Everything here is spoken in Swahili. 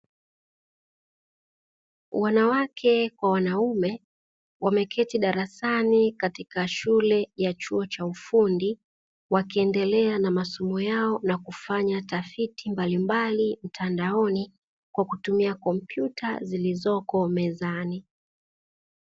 Wanawake kwa wanaume wameketi darasani katika shule ya chuo cha ufundi, wakiendelea na masomo yao na kufanya tafiti mbalimbali mtandaoni, kwa kutumia kompyuta zilizoko mezani.